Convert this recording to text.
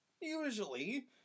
usually